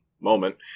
moment